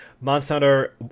Monster